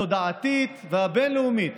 התודעתית והבין-לאומית